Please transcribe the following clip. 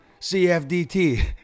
CFDT